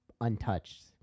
untouched